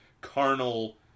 carnal